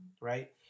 right